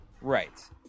Right